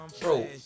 bro